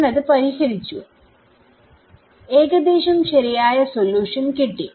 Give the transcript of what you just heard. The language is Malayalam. ഞാൻ അത് പരിഹരിച്ചു ഏകദേശം ശരിയായ സൊല്യൂഷൻകിട്ടി